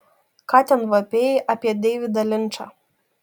ką ten vapėjai apie deividą linčą